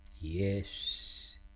Yes